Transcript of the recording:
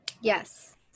Yes